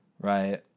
right